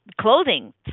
clothing